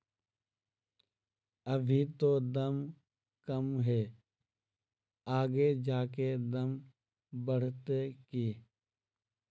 अभी ते दाम कम है आगे जाके दाम बढ़ते की?